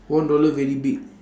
one dollar very big